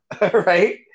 right